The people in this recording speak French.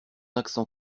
accent